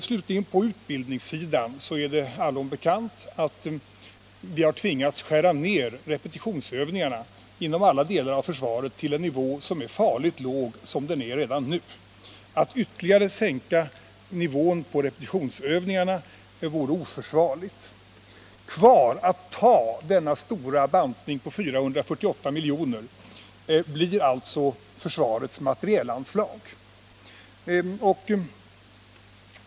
Slutligen när det gäller utbildningssidan är det allom bekant att vi har tvingats skära ner repetitionsövningarna inom alla delar av försvaret till en nivå som är farligt låg som den är nu. Att ytterligare sänka nivån på repetitionsövningarna vore oförsvarligt. Kvar att ta denna stora bantning på 448 miljoner blir alltså försvarets materielanslag.